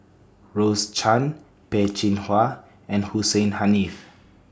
Rose Chan Peh Chin Hua and Hussein Haniff